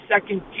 second